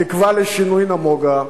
התקווה לשינוי נמוגה,